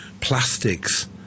plastics